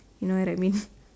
you know what that means